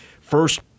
first